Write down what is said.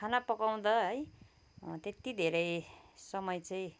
खाना पकाउँदा है त्यति धेरै समय चाहिँ